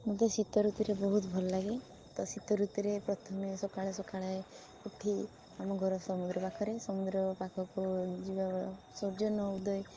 ମୋତେ ଶୀତ ଋତୁରେ ବହୁତ ଭଲ ଲାଗେ ତ ଶୀତ ଋତୁରେ ପ୍ରଥମେ ସକାଳେ ସକାଳେ ଉଠି ଆମ ଘର ସମୁଦ୍ର ପାଖରେ ସମୁଦ୍ର ପାଖକୁ ଯିବା ସୂର୍ଯ୍ୟ ନ ଉଦୟ